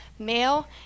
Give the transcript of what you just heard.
male